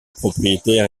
propriétaire